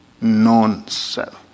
non-self